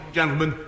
gentlemen